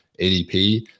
ADP